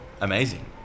Amazing